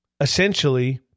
essentially